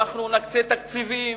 ואנחנו נקצה תקציבים,